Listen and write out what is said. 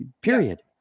period